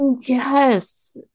Yes